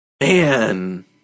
Man